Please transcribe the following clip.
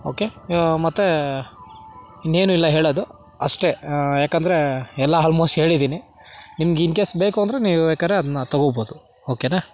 okay ಮತ್ತೆ ಇನ್ನೇನೂ ಇಲ್ಲ ಹೇಳೋದು ಅಷ್ಟೆ ಯಾಕಂದರೆ ಎಲ್ಲ ಆಲ್ಮೋಸ್ಟ್ ಹೇಳಿದ್ದೀನಿ ನಿಮಗೆ ಇನ್ ಕೇಸ್ ಬೇಕು ಅಂದರೆ ನೀವು ಬೇಕಾದ್ರೆ ಅದನ್ನ ತಗೋಬೋದು ಓಕೆನಾ